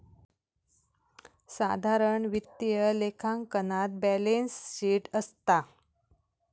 साधारण वित्तीय लेखांकनात बॅलेंस शीट असता